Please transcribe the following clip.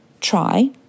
try